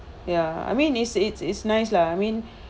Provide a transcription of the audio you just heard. ya I mean it's it's it's nice lah I mean